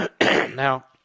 Now